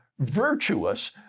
virtuous